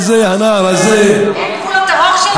אין גבול לטרור שלכם?